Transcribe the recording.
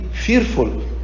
fearful